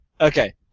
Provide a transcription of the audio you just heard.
okay